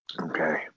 okay